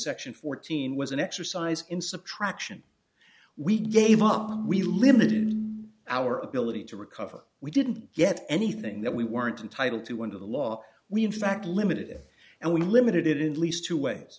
section fourteen was an exercise in subtraction we gave up we limit our ability to recover we didn't get anything that we weren't entitled to under the law we in fact limited it and we limited it in least two ways